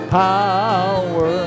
power